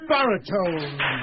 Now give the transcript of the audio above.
Baritone